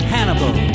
Hannibal